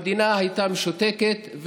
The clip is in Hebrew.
המדינה הייתה משותקת,